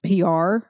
PR